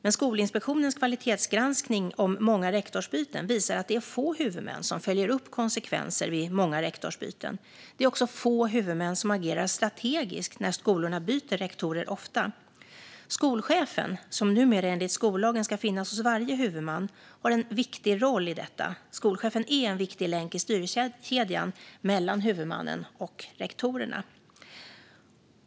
Men Skolinspektionens kvalitetsgranskning om många rektorsbyten visar att det är få huvudmän som följer upp konsekvenser vid många rektorsbyten. Det är också få huvudmän som agerar strategiskt när skolorna byter rektorer ofta. Skolchefen, som numera enligt skollagen ska finnas hos varje huvudman, har en viktig roll i detta. Skolchefen är en viktig länk i styrkedjan mellan huvudmannen och rektorerna.